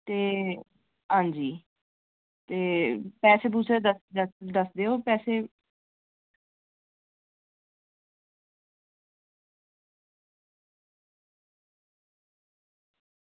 ते हां जी ते पैसे पूसे दसदे ओ पैसे